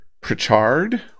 Pritchard